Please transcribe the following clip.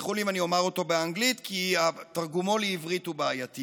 ותסלחו לי אם אני אומר אותו באנגלית כי תרגומו לעברית הוא בעייתי.